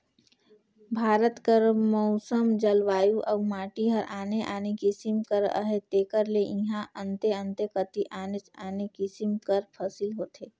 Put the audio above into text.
भारत कर मउसम, जलवायु अउ माटी हर आने आने किसिम कर अहे तेकर ले इहां अन्ते अन्ते कती आनेच आने किसिम कर फसिल होथे